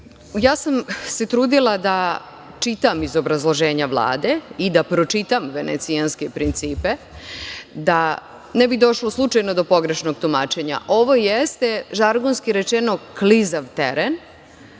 sam se da čitam iz obrazloženja Vlade i da pročitam Venecijanske principe, da ne bi došlo slučajno do pogrešnog tumačenja. Ovo jeste, žargonski rečeno, klizav teren,